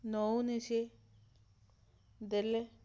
ନେଉନି ସେ ଦେଲେ